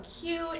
cute